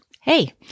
Hey